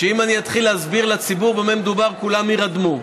שאם אתחיל להסביר לציבור במה מדובר, כולם יירדמו.